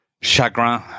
chagrin